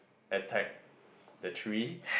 attack the tree